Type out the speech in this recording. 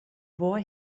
boy